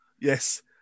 yes